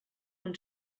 und